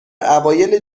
اوایل